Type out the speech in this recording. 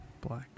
Black